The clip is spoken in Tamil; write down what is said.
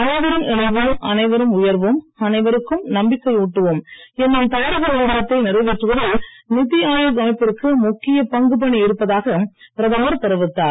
அனைவரும் இணைவோம் அனைவரும் உயர்வோம் அனைவருக்கும் நம்பிக்கையூட்டுவோம் என்னும் தாரக மந்திரத்தை நிறைவேற்றுவதில் நிதி ஆயோக் அமைப்பிற்கு முக்கிய பங்கு பணி இருப்பதாக பிரதமர் தெரிவித்தார்